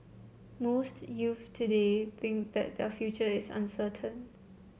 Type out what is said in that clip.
most youths today think that their future is uncertain